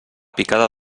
picada